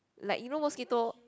like you know mosquito